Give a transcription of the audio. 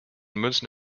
münzen